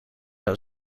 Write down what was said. dan